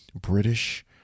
British